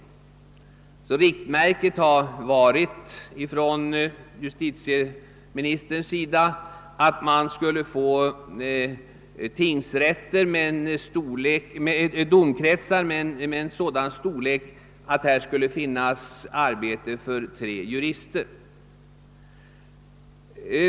Justitieministerns riktmärke har varit att få domkretsar av sådan storlek att där skulle finnas arbete för tre jurister.